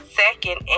second